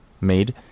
made